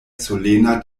solena